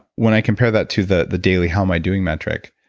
when i compare that to the the daily, how am i doing metric,